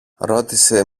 ρώτησε